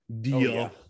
deal